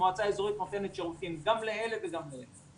המועצה האזורית נותנת שירותים גם לאלה וגם לאלה.